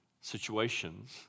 situations